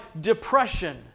depression